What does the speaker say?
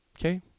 Okay